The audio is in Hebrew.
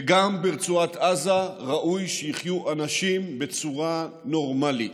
וגם ברצועת עזה ראוי שיחיו אנשים בצורה נורמלית.